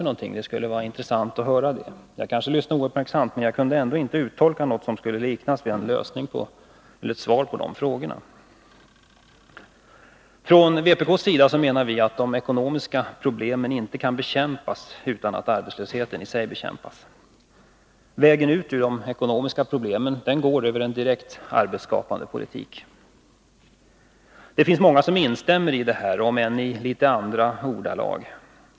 Det skulle vara intressant att få veta det. Jag kanske lyssnade ouppmärksamt, men jag kunde inte uttolka något som kunde likna ett svar på dessa frågor. Från vpk:s sida menar vi att de ekonomiska problemen inte kan bekämpas utan att arbetslösheten i sig bekämpas. Vägen ut ur de ekonomiska problemen går över en direkt arbetsskapande politik. Det finns många som instämmer i detta, om än i litet andra ordalag.